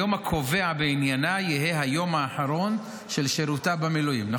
היום הקובע בעניינה יהא היום האחרון של שירותה במילואים.